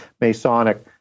Masonic